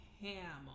ham